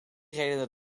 redenen